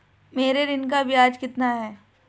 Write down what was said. मेरे ऋण का ब्याज कितना है?